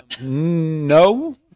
no